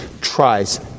tries